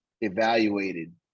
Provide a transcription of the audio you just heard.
evaluated